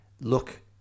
look